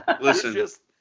Listen